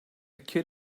kid